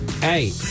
hey